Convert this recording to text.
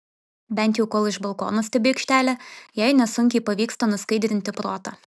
bent jau kol iš balkono stebi aikštelę jai nesunkiai pavyksta nuskaidrinti protą